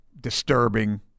disturbing